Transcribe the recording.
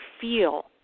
feel